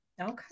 Okay